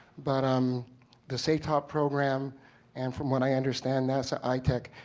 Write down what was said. but um the say top program and from what i understand nasa itech,